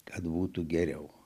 kad būtų geriau